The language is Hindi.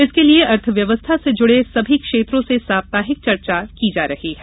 इसके लिए अर्थव्यवस्था से जुड़े समी क्षेत्रों से साप्ताहिक चर्चा कर रही है